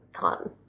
thought